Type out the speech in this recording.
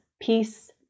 peace